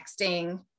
texting